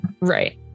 Right